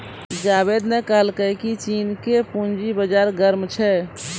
जावेद ने कहलकै की चीन के पूंजी बाजार गर्म छै